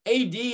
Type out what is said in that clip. AD